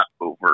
over